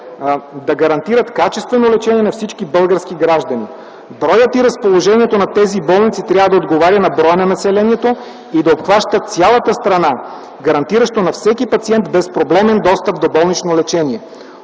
да гарантират качествено лечение на всички български граждани. Броят и разположението на тези болници трябва да отговаря на броя на населението и да обхваща цялата страна, гарантиращо на всеки пациент безпроблемен достъп до болнично лечение.